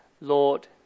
Lord